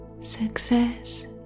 Success